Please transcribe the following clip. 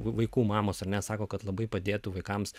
vaikų mamos ar ne sako kad labai padėtų vaikams